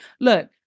look